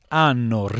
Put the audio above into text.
hanno